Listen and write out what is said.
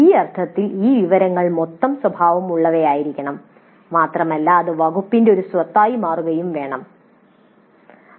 ആ അർത്ഥത്തിൽ ഈ വിവരങ്ങൾ മൊത്തം സ്വഭാവമുള്ളതായിരിക്കണം മാത്രമല്ല ഇത് വകുപ്പിന്റെ ഒരു സ്വത്തായി മാറുകയും വേണം വകുപ്പ് തലത്തിൽ പരിപാലിക്കുന്നത്